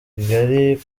kigali